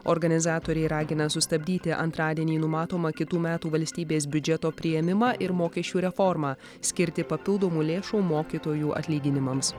organizatoriai ragina sustabdyti antradienį numatomą kitų metų valstybės biudžeto priėmimą ir mokesčių reformą skirti papildomų lėšų mokytojų atlyginimams